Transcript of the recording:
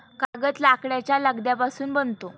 कागद लाकडाच्या लगद्यापासून बनतो